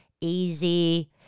easy